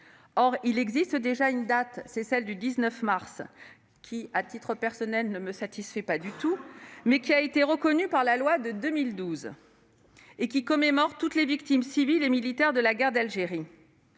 Or il existe déjà une date, le 19 mars, qui à titre personnel ne me satisfait pas du tout, mais qui a été reconnue par la loi en 2012, et qui commémore toutes les victimes civiles et militaires de la guerre d'Algérie.